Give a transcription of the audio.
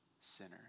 sinner